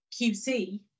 QC